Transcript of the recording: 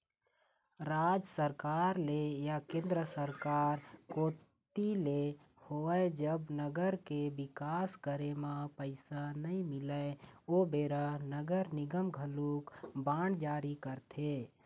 राज सरकार ले या केंद्र सरकार कोती ले होवय जब नगर के बिकास करे म पइसा नइ मिलय ओ बेरा नगर निगम घलोक बांड जारी करथे